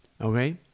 okay